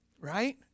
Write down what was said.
Right